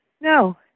No